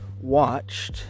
watched